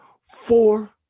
four